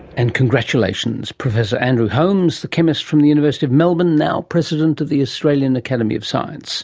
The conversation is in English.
and congratulations. professor andrew holmes, the chemist from the university of melbourne, now president of the australian academy of science